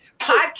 podcast